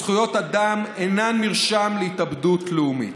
"זכויות אדם אינן מרשם להתאבדות לאומית".